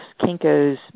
Kinko's